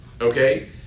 Okay